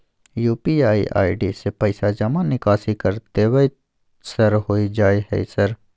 UPI ID से पैसा जमा निकासी कर देबै सर होय जाय है सर?